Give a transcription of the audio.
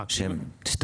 שם, בבקשה.